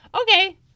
okay